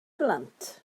blant